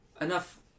Enough